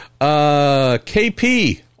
KP